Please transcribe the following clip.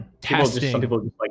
testing